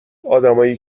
ادمایی